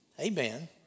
Amen